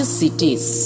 cities